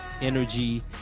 energy